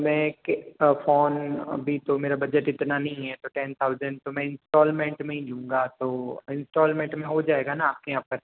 मैं एक फोन अभी तो मेरा बजट इतना नहीं है तो टेन थाउजेंड तो मैं इंस्टॉलमेंट में ही लूँगा तो इंस्टाॅलमेंट में हो जाएगा न आपके यहाँ पर